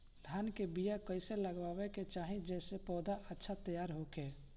धान के बीया कइसे लगावे के चाही जेसे पौधा अच्छा तैयार होखे?